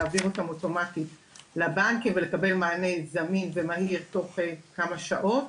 להעביר אותם אוטומטית לבנקים ולקבל מענה זמין ומהיר בתוך כמה שעות.